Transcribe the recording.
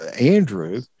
Andrew